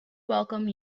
welcome